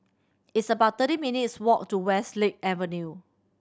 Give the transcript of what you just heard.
it's about thirty minutes' walk to Westlake Avenue